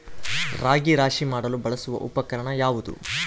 ರಾಗಿ ರಾಶಿ ಮಾಡಲು ಬಳಸುವ ಉಪಕರಣ ಯಾವುದು?